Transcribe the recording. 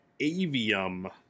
Avium